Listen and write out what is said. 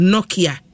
Nokia